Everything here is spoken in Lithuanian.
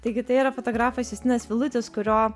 taigi tai yra fotografas justinas vilutis kurio